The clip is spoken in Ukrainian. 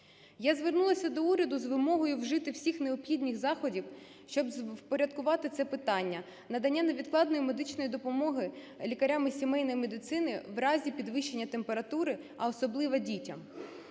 Я звернулася до уряду з вимогою вжити всіх необхідних заходів, щоб впорядкувати це питання – надання невідкладної медичної допомоги лікарями сімейної медицини в разі підвищення температури, а особливо дітям.